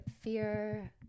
fear